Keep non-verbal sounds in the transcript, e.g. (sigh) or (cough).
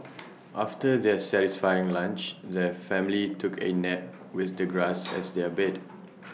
after their satisfying lunch the family took A nap with the grass (noise) as their bed (noise)